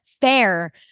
fair